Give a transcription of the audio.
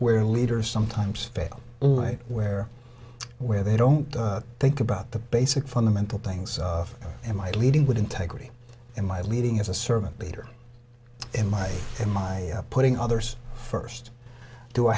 where leaders sometimes fail where where they don't think about the basic fundamental things of am i leading with integrity in my leading as a servant leader in my in my putting others first do i